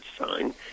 sign